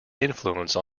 influence